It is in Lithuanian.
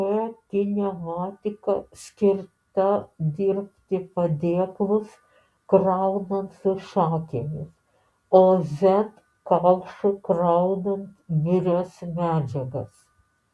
p kinematika skirta dirbti padėklus kraunant su šakėmis o z kaušu kraunant birias medžiagas